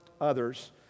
others